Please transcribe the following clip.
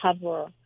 cover